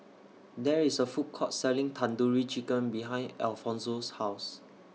There IS A Food Court Selling Tandoori Chicken behind Alfonzo's House